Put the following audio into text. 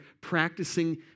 practicing